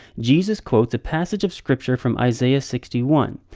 jesus quotes a passage of scripture from isaiah sixty one,